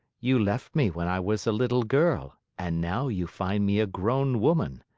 you left me when i was a little girl and now you find me a grown woman.